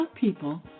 people